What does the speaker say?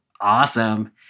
awesome